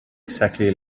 exactly